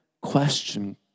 question